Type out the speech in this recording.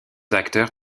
acteurs